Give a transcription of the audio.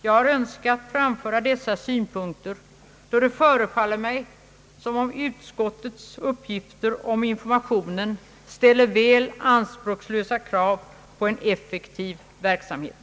Jag har önskat framföra dessa synpunkter, då det förefaller mig som om utskottets uppgifter om informationen ställer väl anspråkslösa krav på en effektiv verksamhet.